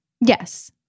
Yes